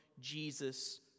Jesus